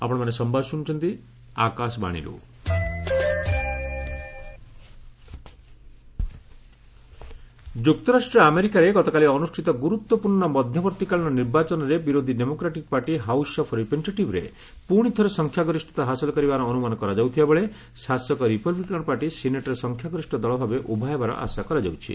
US midterm polls ଯୁକ୍ତରାଷ୍ଟ୍ର ଆମେରିକାରେ ଗତକାଲି ଅନୁଷ୍ଠିତ ଗୁରୁତ୍ୱପୂର୍ଣ୍ଣ ମଧ୍ୟବର୍ତ୍ତୀ କାଳୀନ ନିର୍ବାଚନରେ ବିରୋଧ ଡେମୋକ୍ରାଟିକ୍ ପାର୍ଟି ହାଉସ୍ ଅଫ୍ ରିପ୍ରେଜେଣ୍ଟେଟିଭ୍ରେ ପ୍ରଶି ଥରେ ସଂଖ୍ୟାଗରିଷ୍ଠତା ହାସଲ କରିବାର ଅନ୍ତମାନ କରାଯାଉଥିବାବେଳେ ଶାସକ ରିପବିୂକାନ୍ ପାର୍ଟି ସିନେଟ୍ରେ ସଂଖ୍ୟାଗରିଷ୍ଠ ଦଳ ଭାବେ ଉଭା ହେବାର ଆଶା କରାଯାଉଛି